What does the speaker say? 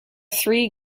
three